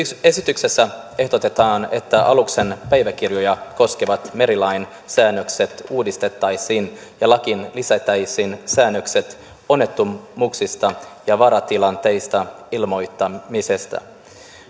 esityksessä ehdotetaan että aluksen päiväkirjoja koskevat merilain säännökset uudistettaisiin ja lakiin lisättäisiin säännökset onnettomuuksista ja vaaratilanteista ilmoittamisesta